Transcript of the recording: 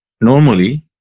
Normally